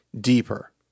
deeper